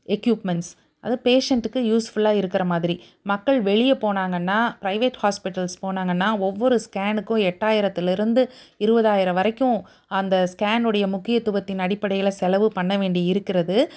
equipments அது பேஷண்ட்டுக்கு யூஸ்ஃபுல்லாக இருக்கிற மாதிரி மக்கள் வெளியே போனாங்கன்னா பிரைவேட் ஹாஸ்பிட்டல்ஸ் போனாங்கன்னா ஒவ்வொரு ஸ்கேனுக்கும் எட்டாயிரத்துலேருந்து இருபதாயிரம் வரைக்கும் அந்த ஸ்கேனுடைய முக்கியத்துவத்தின் அடிப்படையில செலவு பண்ண வேண்டி இருக்கிறது